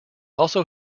also